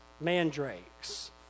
mandrakes